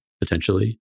potentially